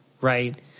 right